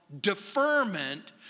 deferment